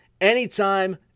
anytime